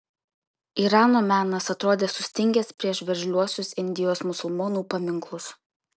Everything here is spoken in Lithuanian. irano menas atrodė sustingęs prieš veržliuosius indijos musulmonų paminklus